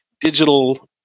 digital